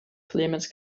clemens